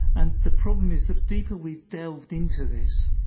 and the problem is the deeper we've delved into this,